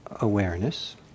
awareness